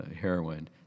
heroin